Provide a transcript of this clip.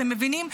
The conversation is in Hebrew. אתם מבינים?